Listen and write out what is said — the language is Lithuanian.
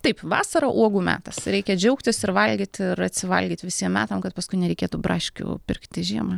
taip vasara uogų metas reikia džiaugtis ir valgyti ir atsivalgyt visiem metam kad paskui nereikėtų braškių pirkti žiemą